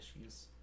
issues